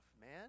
man